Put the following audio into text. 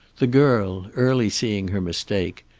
the girl, early seeing her mistake,